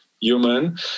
human